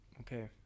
Okay